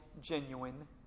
genuine